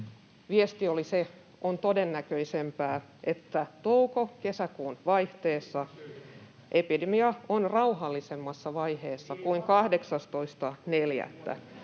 Viesti oli se: on todennäköisempää, että touko—kesäkuun vaihteessa epidemia on rauhallisemmassa [Välihuutoja